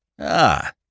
Ah